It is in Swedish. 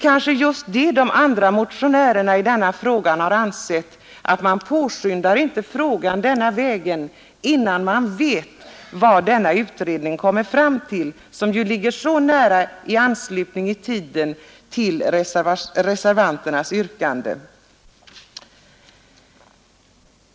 De andra motionärerna i denna fråga har kanske ansett att man inte påskyndar ärendet denna väg, innan man vet vad utredningen kommer fram till. Den tidpunkt när utredningen väntas framlägga sitt betänkande ligger i nära anslutning till reservanternas yrkande.